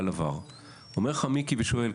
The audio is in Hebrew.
אומר לך מיקי ושואל,